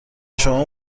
شما